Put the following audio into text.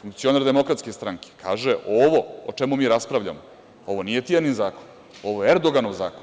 funkcioner Demokratske stranke, kaže – Ovo o čemu mi raspravljamo, ovo nije Tijanin zakon, ovo je Erdoganov zakon.